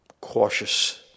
cautious